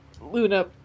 Luna